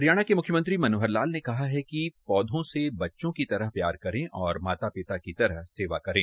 हरियाणा के मुख्यमंत्री मनोहर लाल ने कहा है कि पौधों से बच्चों की तरह प्यार करें और माता पिता की तरह सेवा करें